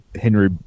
Henry